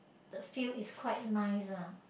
the feel is quite nice lah